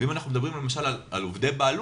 אם אנחנו מדברים למשל על עובדי בעלות,